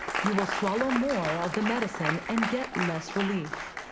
you will swallow more of the medicine and get less relief.